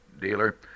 dealer